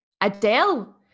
Adele